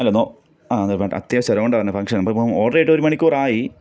അല്ല ആ അതെ വേണ്ട അത്യാവശ്യമായിരുന്നു അതുകൊണ്ടാണ് പറഞ്ഞത് ഫംഗ്ഷനുണ്ട് ഇപ്പം ഇപ്പം ഓഡർ ചെയ്തിട്ടൊരു മണിക്കൂറായി